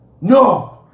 no